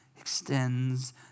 extends